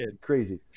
crazy